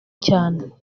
cyane